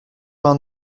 vingt